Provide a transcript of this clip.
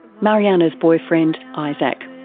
mariana's boyfriend isaac.